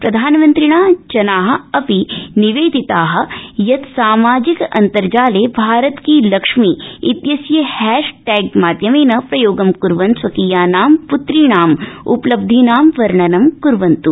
प्रधानमन्त्रिणा जना निवेदिता यत् सामाजिक अन्तर्जाले भारत की लक्ष्मी इत्यस्य हैशटैग माध्यमेन प्रयोगं क्र्वन् स्वकीयानां प्रत्रीणाम उपलब्धिनां वर्णनं कुर्वन्त्